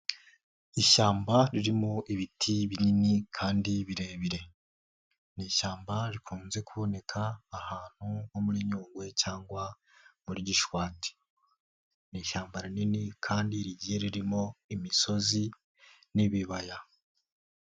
Ishyamba ririmo ibiti binini kandi birebire, ni ishyamba rikunze kuboneka ahantu ho muri Nyungwe cyangwa muri Gishwati, ni ishyamba rinini kandi rigiye ririmo imisozi n'ibibaya.